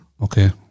Okay